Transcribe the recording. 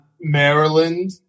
Maryland